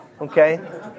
okay